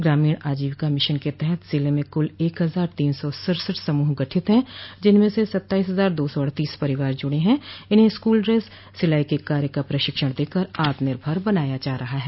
ग्रामीण आजीविका मिशन के तहत जिले में कुल एक हजार तीन सौ सड़सठ समूह गठित हैं जिनमें सत्ताइस हजार दो सौ अड़तीस परिवार जुड़े हैं इन्हें स्कूल ड्रेस सिलाई के कार्य का प्रशिक्षण देकर आत्मनिर्भर बनाया जा रहा है